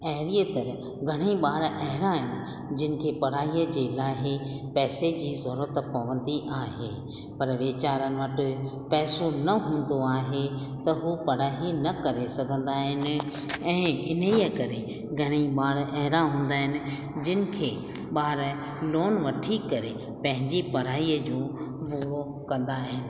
अहिड़ीअ तरह घणेई ॿार अहिड़ा आहिनि जंहिंखे पढ़ाईअ जे लाहे पैसे जी ज़रूरत त पवंदी आहे पर वेचारनि वटि पैसो न हूंदो आहे त हू पढ़ाई न करे सघंदा आहिनि ऐं इन करे घणेई ॿार अहिड़ा हूंदा आहिनि जंहिंखे ॿार लोन वठी करे पंहिंजी पढ़ाईअ जो मूवो कंदा आहिनि